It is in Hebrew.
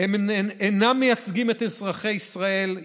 הם אינם מייצגים את אזרחי ישראל,